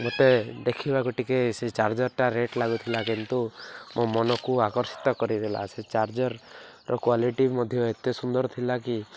ଗୋଟେ ଦେଖିବାକୁ ଟିକେ ସେ ଚାର୍ଜର୍ଟା ରେଟ୍ ଲାଗୁଥିଲା କିନ୍ତୁ ମୋ ମନକୁ ଆକର୍ଷିତ କରିଦେଲା ସେ ଚାର୍ଜର୍ର କ୍ଵାଲିଟି ମଧ୍ୟ ଏତେ ସୁନ୍ଦର ଥିଲା କି